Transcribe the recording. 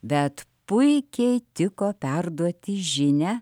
bet puikiai tiko perduoti žinią